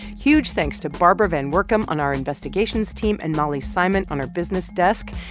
huge thanks to barbara van woerkom on our investigations team and mollie simon on our business desk.